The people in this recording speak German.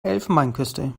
elfenbeinküste